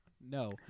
No